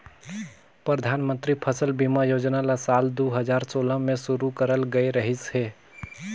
परधानमंतरी फसल बीमा योजना ल साल दू हजार सोला में शुरू करल गये रहीस हे